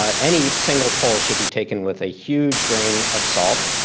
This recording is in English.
ah any single poll should be taken with a huge grain of salt.